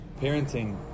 Parenting